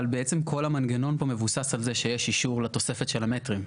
אבל בעצם כל המנגנון פה מבוסס על זה שיש אישור לתוספת של המטרים.